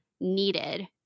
needed